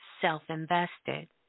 self-invested